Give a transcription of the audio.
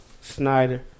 Snyder